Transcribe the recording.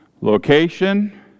location